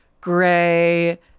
gray